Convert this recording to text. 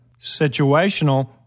situational